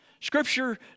Scripture